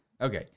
Okay